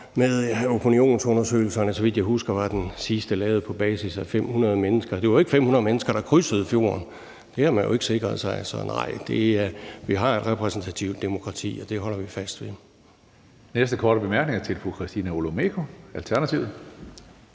opinionsundesøgelserne blev den sidste, så vidt jeg husker, lavet på basis af 500 mennesker. Det var ikke 500 mennesker, der krydsede fjorden; det havde man jo ikke sikret sig. Vi har et repræsentativt demokrati, og det holder vi fast ved.